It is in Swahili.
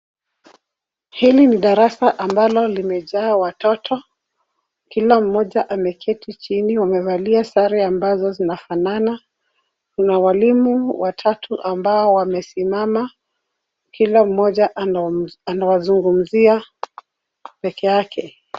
Hili ni darasa ambalo limejaa watoto. Kila mmoja ameketi chini, wamevalia sare ambazo zinafanana .Kuna walimu watatu ambao wamesimama, kila mmoja anawazungumzia peke yake.